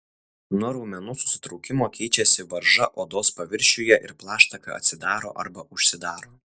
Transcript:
nuo raumenų susitraukimo keičiasi varža odos paviršiuje ir plaštaka atsidaro arba užsidaro